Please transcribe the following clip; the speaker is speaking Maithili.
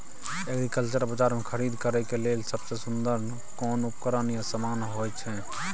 एग्रीकल्चर बाजार में खरीद करे के लेल सबसे सुन्दर कोन उपकरण या समान होय छै?